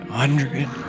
hundred